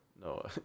No